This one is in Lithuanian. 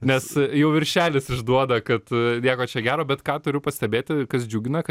nes jau viršelis išduoda kad nieko čia gero bet ką turiu pastebėti kas džiugina kad